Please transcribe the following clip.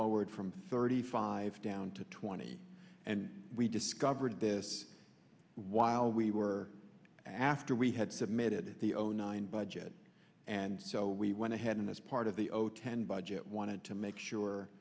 lowered from thirty five down to twenty and we discovered this while we were after we had submitted the own nine budget and so we went ahead and as part of the zero ten budget wanted to make sure